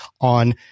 on